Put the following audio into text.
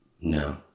No